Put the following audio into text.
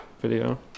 video